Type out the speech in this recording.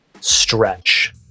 stretch